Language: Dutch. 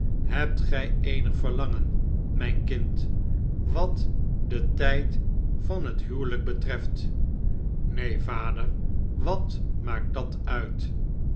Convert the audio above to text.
hebt gij eenig verlangen mijn kind wat den tijd van het huwelijk betreft neen vader wat maakt dat uit